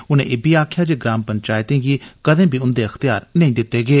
उनें इब्बी आखेआ जे ग्राम पंचैतें गी कदें बी उंदे अख्तियार नेई दित्ते गे